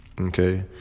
okay